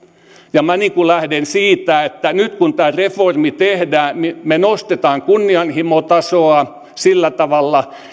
ja minä lähden siitä että nyt kun tämä reformi tehdään me nostamme kunnianhimon tasoa sillä tavalla